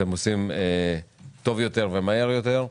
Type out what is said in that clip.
שאתם עושים מהר יותר וטוב יותר.